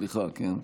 סליחה, כן.